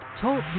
TALK